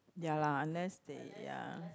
ya lah unless they ya